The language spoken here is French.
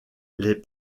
les